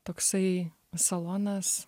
toksai salonas